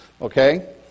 okay